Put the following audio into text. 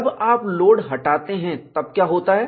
जब आप लोड हटाते हैं तब क्या होता है